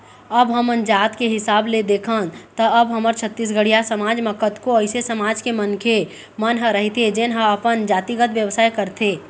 अब हमन जात के हिसाब ले देखन त अब हमर छत्तीसगढ़िया समाज म कतको अइसे समाज के मनखे मन ह रहिथे जेन ह अपन जातिगत बेवसाय करथे